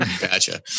Gotcha